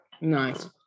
Nice